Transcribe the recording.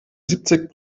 siebzig